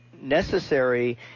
necessary